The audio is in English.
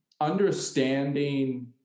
understanding